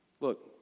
Look